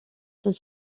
this